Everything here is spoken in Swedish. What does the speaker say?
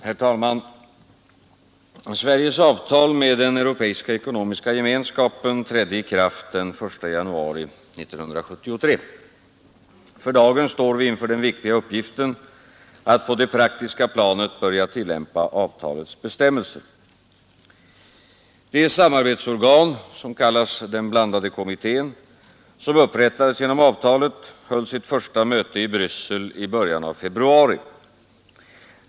Herr talman! Sveriges avtal med den europeiska ekonomiska gemenskapen trädde i kraft den 1 januari 1973. För dagen står vi inför den viktiga uppgiften att på det praktiska planet börja tillämpa avtalets bestämmelser. Det samarbetsorgan — den blandade kommittén — som upprättades genom avtalet höll sitt första möte i Bryssel i början av februari.